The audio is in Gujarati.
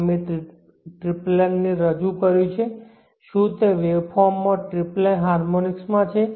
અમે ટ્રિપ્લેન ને રજૂ કર્યું છે શું તે વેવફોર્મમાં ટ્રિપ્લેન હાર્મોનિક્સ માં છે